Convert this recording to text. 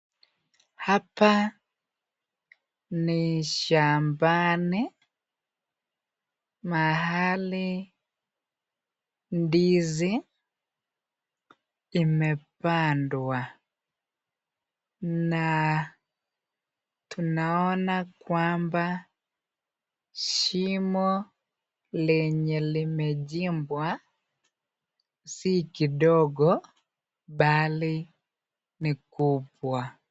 Hapa ni shambani, mahali ndizi imepandwa na tunaona kwamba shimo lenye limechimbwa si kidogo bali ni kubwa.